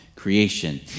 creation